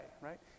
right